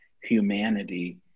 humanity